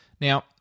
Now